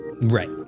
Right